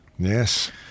Yes